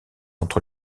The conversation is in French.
entre